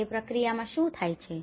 તે પ્રક્રિયામાં શું થાય છે